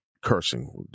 cursing